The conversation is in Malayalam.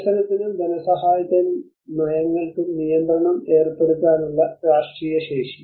വികസനത്തിനും ധനസഹായത്തിനും നയങ്ങൾക്കും നിയന്ത്രണം ഏർപ്പെടുത്താനുള്ള രാഷ്ട്രീയ ശേഷി